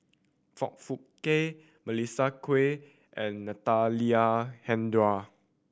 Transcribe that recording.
Foong Fook Kay Melissa Kwee and Natalie Hennedige